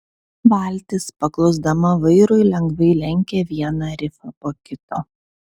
valtis paklusdama vairui lengvai lenkė vieną rifą po kito